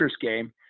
game